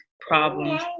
problems